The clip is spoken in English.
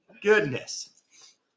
goodness